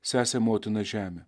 sesę motiną žemę